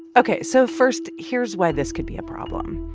ok. so first, here's why this could be a problem.